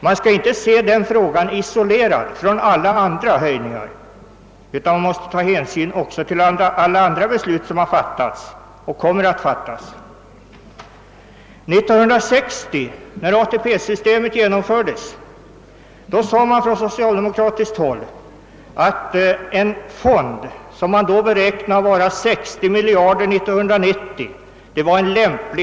Man bör inte se denna höjning isolerad från alla andra höjningar, utan man måste ta hänsyn också till alla andra beslut som fattats och som kanske kommer att fattas. År 1960, när ATP-systemet infördes, ansåg man från socialdemokratiskt håll att det var en lämplig avvägning att ha en fond på 60 miljarder kronor år 1990.